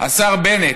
השר בנט,